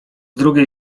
drugiej